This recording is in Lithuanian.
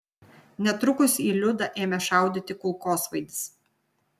netrukus į liudą ėmė šaudyti kulkosvaidis